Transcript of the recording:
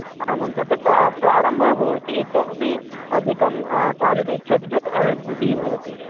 आमां तत् प्रा प्रारम्भः भवति इतोपि अधिकं क्वालिटि इच्छति चेत् वृद्धिः भवति